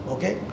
Okay